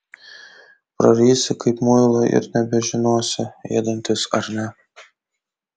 prarysi kaip muilą ir nebežinosi ėdantis ar ne